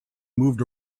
moved